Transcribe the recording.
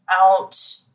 out